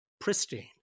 pristine